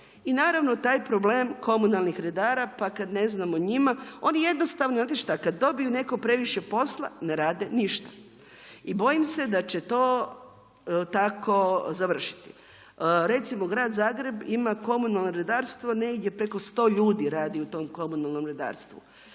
I naravno, taj problem komunalnih redara, pa kada ne znamo o njima. Oni jednostavno, znate šta, kada dobiju netko previše posla, ne rade ništa i bojim se da će to tako završiti. Recimo Grad Zagreb ima komunalno redarstvo, negdje preko 100 ljudi radi u tom komunalnom redarstvu.